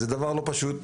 דבר לא פשוט.